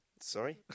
Sorry